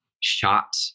shot